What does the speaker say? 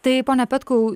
tai pone petkau